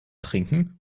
trinken